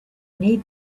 need